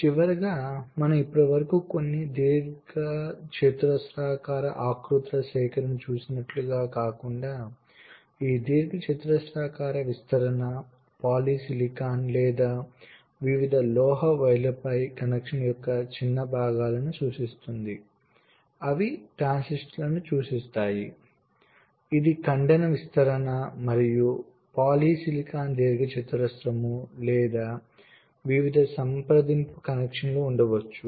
చివరగా మనం ఇప్పటి వరకు కొన్ని దీర్ఘచతురస్రాకార ఆకృతుల సేకరణను చూసినట్లుగా కాకుండా ఈ దీర్ఘచతురస్రాకార విస్తరణ పాలిసిలికాన్ లేదా వివిధ లోహ వైర్లపై కనెక్షన్ల యొక్క చిన్న విభాగాలను సూచిస్తుంది అవి ట్రాన్సిస్టర్లను సూచిస్తాయి ఇది ఖండన విస్తరణ మరియు పాలిసిలికాన్ దీర్ఘచతురస్రం లేదా వివిధ సంప్రదింపు కనెక్షన్లు ఉండవచ్చు